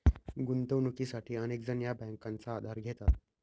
गुंतवणुकीसाठी अनेक जण या बँकांचा आधार घेतात